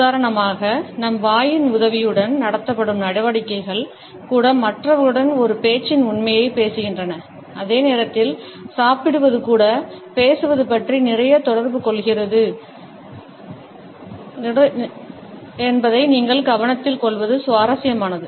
உதாரணமாக நம் வாயின் உதவியுடன் நடத்தப்படும் நடவடிக்கைகள் கூட மற்றவர்களுடன் ஒரு பேச்சின் உண்மையை பேசுகின்றன அதே நேரத்தில் சாப்பிடுவது கூட பேசுவது பற்றி நிறைய தொடர்பு கொள்கிறது என்பதை நீங்கள் கவனத்தில் கொள்வது சுவாரஸ்யமானது